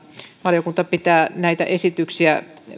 valiokunta pitää näitä esityksiä